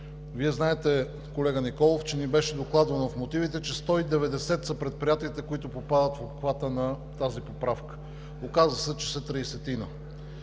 Вие знаете, колега Николов, че ни беше докладвано в мотивите, че 190 предприятия попадат в обхвата на тази поправка. Оказа се, че са 30.